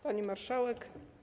Pani Marszałek!